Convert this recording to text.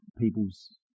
people's